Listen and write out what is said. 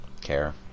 care